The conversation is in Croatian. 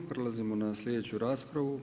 Prelazimo na sljedeću raspravu.